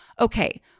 okay